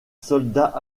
soldat